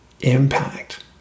impact